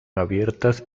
abiertas